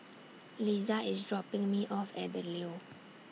Liza IS dropping Me off At The Leo